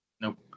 Nope